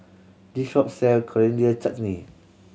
this shop sell Coriander Chutney